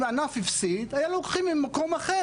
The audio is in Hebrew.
אם ענף הפסיד היו לוקחים ממקום אחר,